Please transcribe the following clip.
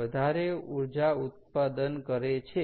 વધારે ઊર્જા ઉત્પાદન કરે છે